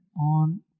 on